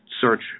search